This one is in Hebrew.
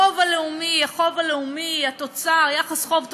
החוב הלאומי, החוב הלאומי, התוצר, יחס חוב תוצר,